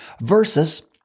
versus